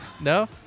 No